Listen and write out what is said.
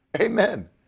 Amen